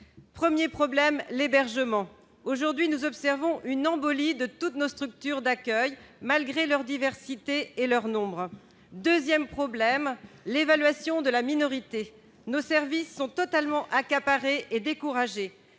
1er problème les berges ment aujourd'hui, nous observons une embolie de toutes nos structures d'accueil malgré leur diversité et leur nombre 2ème problème : l'évaluation de la minorité nos services sont totalement accaparé et décourager